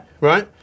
right